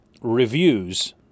reviews